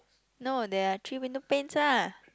no there are three window paints lah